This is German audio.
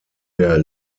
der